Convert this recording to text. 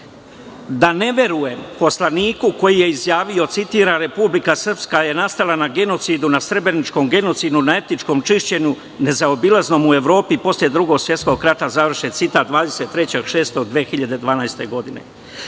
da ne verujem poslaniku koji je izjavio citiram „Republika Srpska je nastala na Srebreničkom genocidu na etničkom čišćenju, nezaobilaznom u Evropi, posle Drugog svetskog rata“, završen citat, 23. juna 2012. godine. Isti